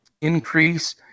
increase